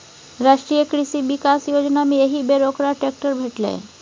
राष्ट्रीय कृषि विकास योजनामे एहिबेर ओकरा ट्रैक्टर भेटलै